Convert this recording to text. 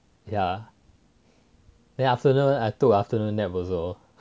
ya then afternoon I took afternoon nap also